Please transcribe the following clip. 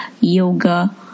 yoga